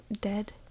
Dead